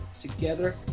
together